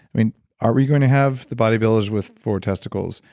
i mean are we going to have the bodybuilders with four testicles?